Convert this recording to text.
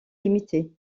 limitées